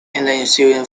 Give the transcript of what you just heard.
ensuing